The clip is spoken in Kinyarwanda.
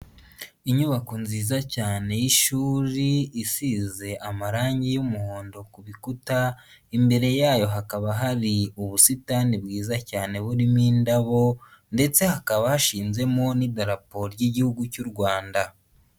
Inyubako nziza cyane y'ishuri isize amarangi y'umuhondo ku bikuta imbere yayo hakaba hari ubusitani bwiza cyane buririmo indabo ndetse hakaba hashinzemo n'idarapo ry'Igihugu cy'u Rwanda.